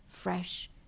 Fresh